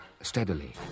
steadily